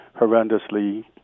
horrendously